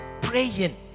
Praying